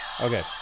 Okay